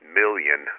million